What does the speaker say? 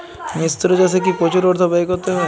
মিশ্র চাষে কি প্রচুর অর্থ ব্যয় করতে হয়?